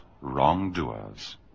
wrongdoers